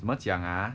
怎么讲